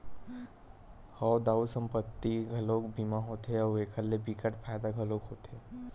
हव दाऊ संपत्ति के घलोक बीमा होथे अउ एखर ले बिकट फायदा घलोक होथे